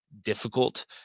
difficult